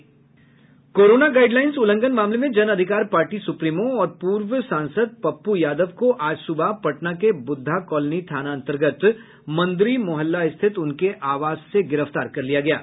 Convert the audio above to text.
corona guidelines उल्लंघन मामले में जन अधिकार पार्टी सुप्रीमो और पूर्व सांसद पप्पू यादव को आज सुबह पटना के बुद्धा कॉलोनी थाना अंतर्गत मंदिरी मोहल्ला स्थित उनके आवास से गिरफ्तार कर लिया गया है